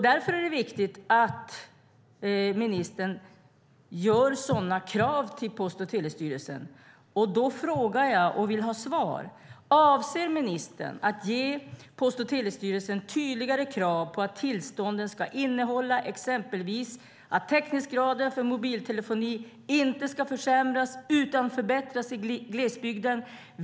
Därför är det viktigt att ministern ställer sådana krav på Post och telestyrelsen. Då frågar jag och vill ha svar: Avser ministern att ge Post och telestyrelsen tydligare krav på att tillstånden ska innehålla exempelvis att täckningsgraden för mobiltelefoni inte ska försämras utan förbättras i glesbygden?